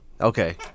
Okay